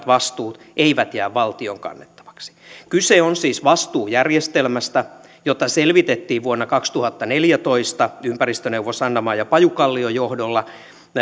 vastuut eivät jää valtion kannettavaksi kyse on siis vastuujärjestelmästä jota selvitettiin vuonna kaksituhattaneljätoista ympäristöneuvos anna maija pajukallion johdolla tuli